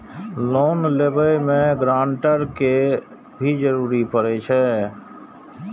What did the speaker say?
Loan लेबे में guarantor के भी जरूरी परे छै?